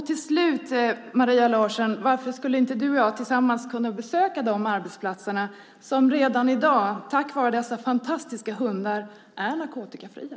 Till slut, Maria Larsson, varför skulle inte du och jag tillsammans kunna besöka de arbetsplatser som redan i dag, tack vare dessa fantastiska hundar, är narkotikafria?